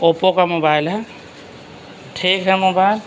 Oppo کا mobile ہے ٹھیک ہے موبائل